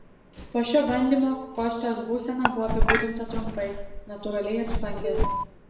po šio bandymo kostios būsena buvo apibūdinta trumpai natūraliai apspangęs